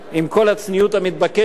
עם כל הצניעות המתבקשת,